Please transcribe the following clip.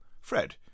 Fred